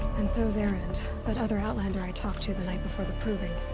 and so's erend. that other outlander i talked to the night before the proving.